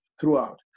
throughout